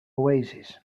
oasis